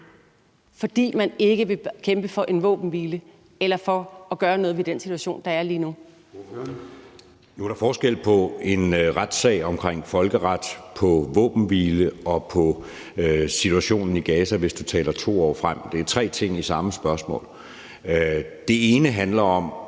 når man ikke vil kæmpe for en våbenhvile eller for at gøre noget ved den situation, der er lige nu. Kl. 00:07 Formanden (Søren Gade): Ordføreren. Kl. 00:07 Jeppe Søe (M): Nu er der forskel på en retssag omkring folkeret, på våbenhvile og på situationen i Gaza, hvis vi taler 2 år frem. Det er tre ting i samme spørgsmål. Det ene handler om